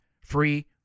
free